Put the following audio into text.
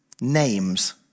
names